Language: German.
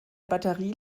batterie